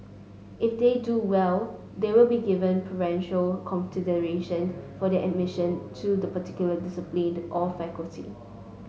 if they do well they will be given preferential consideration for their admission to the particular discipline or faculty